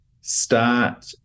start